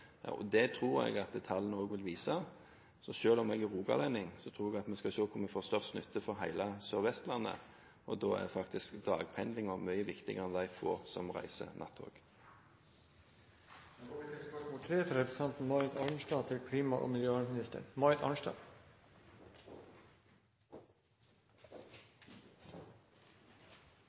Det tror jeg at tallene også vil vise. Så selv om jeg er rogalending, tror jeg at vi skal se hvor vi får størst nytte for hele Sør-Vestlandet, og da er faktisk dagpendlere mye viktigere enn de få som reiser med nattog. Jeg tillater meg å stille følgende spørsmål til klima- og miljøvernministeren: